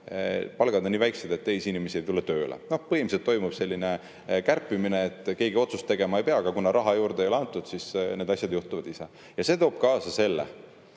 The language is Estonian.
palgad on nii väikesed, et uusi inimesi ei tule tööle. Põhimõtteliselt toimub selline kärpimine, et keegi otsust tegema ei pea, aga kuna raha juurde ei ole antud, siis need asjad juhtuvad ise. See toob kaasa selle,